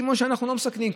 כמו שאנחנו לא מסכנים,